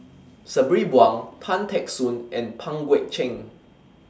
Sabri Buang Tan Teck Soon and Pang Guek Cheng